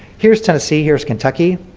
here's tennessee, here's kentucky.